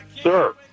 Sir